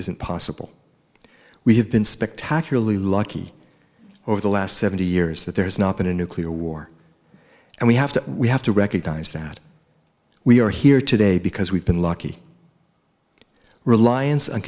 isn't possible we have been spectacularly lucky over the last seventy years that there has not been a nuclear war and we have to we have to recognize that we are here today because we've been lucky reliance